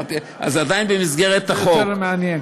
אז עדיין במסגרת החוק, זה יותר מעניין.